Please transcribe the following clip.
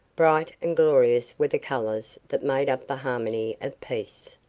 bright and glorious were the colors that made up the harmony of peace.